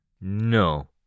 No